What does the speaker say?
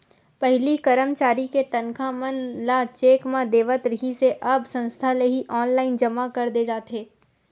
पहिली करमचारी के तनखा मन ल चेक म देवत रिहिस हे अब संस्था ले ही ऑनलाईन जमा कर दे जाथे